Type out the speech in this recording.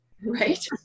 right